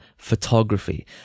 photography